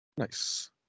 Nice